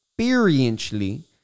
experientially